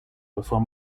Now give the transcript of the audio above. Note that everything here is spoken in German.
bevor